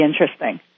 interesting